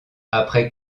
après